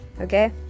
okay